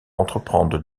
entreprendre